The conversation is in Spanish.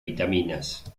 vitaminas